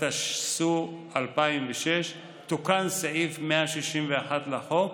התשס"ו 2006, תוקן סעיף 161 לחוק